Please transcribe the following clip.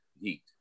heat